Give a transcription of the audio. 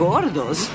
Gordos